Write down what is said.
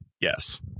Yes